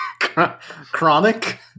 Chronic